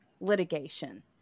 litigation